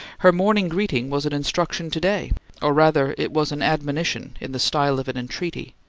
her morning greeting was an instruction to-day or, rather, it was an admonition in the style of an entreaty,